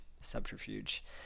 Subterfuge